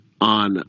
on